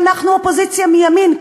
אנחנו אופוזיציה מימין,